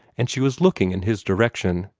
and she was looking in his direction.